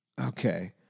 okay